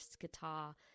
guitar